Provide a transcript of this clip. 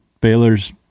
Baylor's